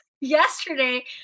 yesterday